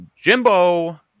Jimbo